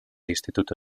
instituto